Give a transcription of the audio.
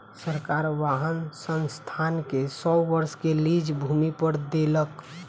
सरकार वाहन संस्थान के सौ वर्ष के लीज भूमि पर देलक